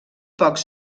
pocs